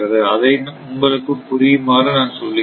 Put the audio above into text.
அதை உங்களுக்கு புரியுமாறு நான் சொல்லுகிறேன்